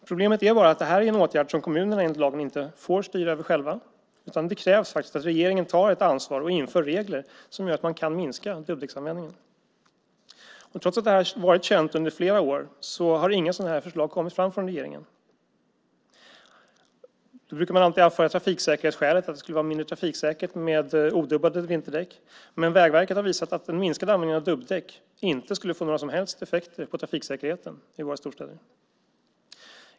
Problemet är bara att det är en åtgärd som kommunerna enligt lagen inte själva får styra över, utan det krävs att regeringen tar ett ansvar och inför regler som gör att man kan minska dubbdäcksanvändningen. Trots att det varit känt under flera år har inga sådana förslag kommit från regeringen. Man brukar anföra trafiksäkerhetsskäl, alltså att det skulle vara mindre trafiksäkert med odubbade vinterdäck, men Vägverket har visat att en minskad användning av dubbdäck inte skulle få några som helst effekter på trafiksäkerheten i våra storstäder.